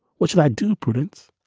what should i do? prudence,